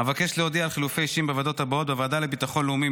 אבקש להודיע על חילופי אישים בוועדות הבאות: בוועדה לביטחון לאומי,